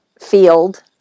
field